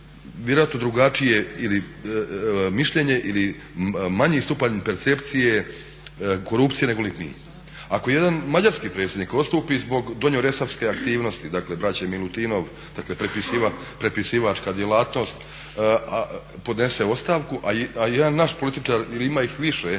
vjerojatno drugačije mišljenje ili manji stupanj percepcije korupcije negoli mi. Ako jedan mađarski predsjednik odstupi zbog donjo resorske aktivnosti, dakle braće Milutinov, dakle prepisivačka djelatnost, podnese ostavku, a jedan naš političar ili ima ih više